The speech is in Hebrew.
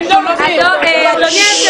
החוק הזה